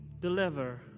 deliver